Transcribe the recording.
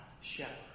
shepherd